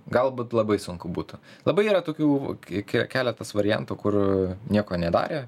galbūt labai sunku būtų labai yra tokių ke keletas variantų kur nieko nedarė